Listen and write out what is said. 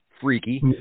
Freaky